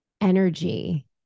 energy